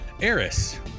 Eris